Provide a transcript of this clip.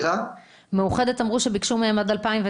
מאוחדת אמר שביקשו מהם על 2009,